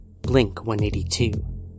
Blink-182